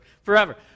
Forever